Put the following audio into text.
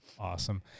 Awesome